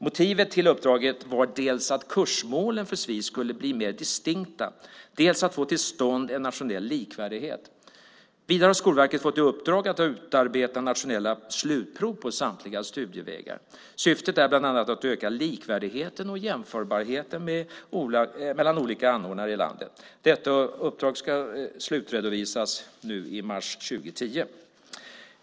Motivet för uppdraget var dels att kursmålen för sfi skulle bli mer distinkta, dels att få till stånd en nationell likvärdighet. Vidare har Skolverket fått i uppdrag att utarbeta nationella slutprov för samtliga studievägar. Syftet är bland annat att öka likvärdigheten och jämförbarheten beträffande olika anordnare i landet. Detta uppdrag ska slutredovisas i mars 2010.